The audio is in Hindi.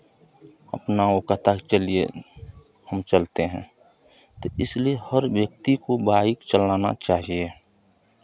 अपना वो कहता है चलिए हम चलते हैं तो इसलिए हर व्यक्ति को बाइक चलाना चाहिए